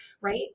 right